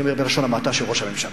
אני אומר בלשון המעטה, של ראש הממשלה?